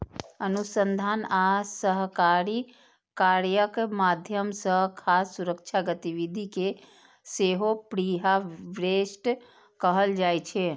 अनुसंधान आ सहकारी कार्यक माध्यम सं खाद्य सुरक्षा गतिविधि कें सेहो प्रीहार्वेस्ट कहल जाइ छै